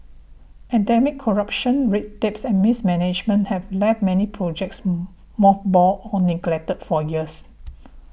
endemic corruption red tapes and mismanagement have left many projects mothballed or neglected for years